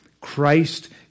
Christ